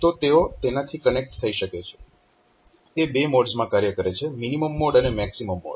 તો તેઓ તેનાથી કનેક્ટ થઈ શકે છે તે 2 મોડ્સ માં કાર્ય કરે છે મિનીમમ મોડ અને મેક્સીમમ મોડ